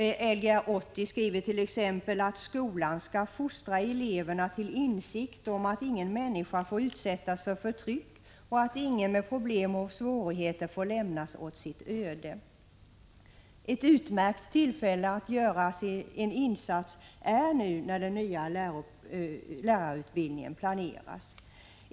I Lgr 80 står det t.ex. att skolan skall fostra eleverna till insikt om att ingen människa får utsättas för förtryck och att ingen med problem och svårigheter får lämnas åt sitt öde. Ett utmärkt tillfälle att göra en insats är nu när den nya lärarutbildningen planeras.